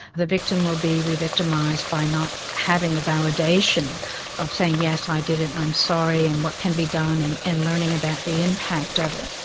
the victim will be re-victimised by not having the validation of saying, yes, i did it, i'm sorry, and what can be done, and and learning about the impact of it.